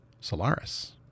Solaris